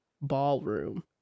ballroom